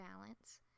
balance